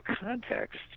context